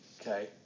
okay